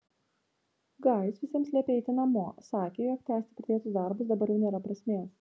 gajus visiems liepė eiti namo sakė jog tęsti pradėtus darbus dabar jau nėra prasmės